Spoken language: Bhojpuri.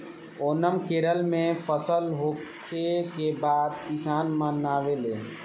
ओनम केरल में फसल होखे के बाद किसान मनावेले